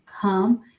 come